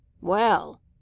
Well